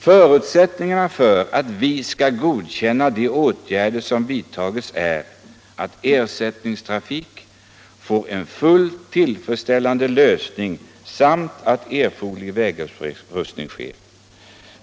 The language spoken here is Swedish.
Förutsättningarna för att vi skall godkänna de åtgärder som vidtas är att frågan om ersättningstrafiken får en fullt tillfredsställande lösning samt att en erforderlig vägupprustning sker.